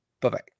Bye-bye